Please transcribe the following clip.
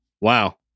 Wow